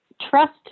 trust